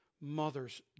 Mother's